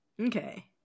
Okay